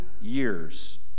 years